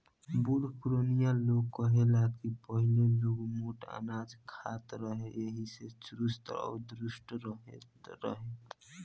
बुढ़ पुरानिया लोग कहे ला की पहिले लोग मोट अनाज खात रहे एही से चुस्त आ दुरुस्त रहत रहे